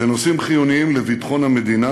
בנושאים חיוניים לביטחון המדינה